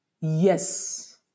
Yes